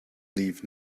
leave